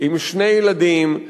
עם שני ילדים,